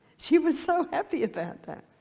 she was so happy about that.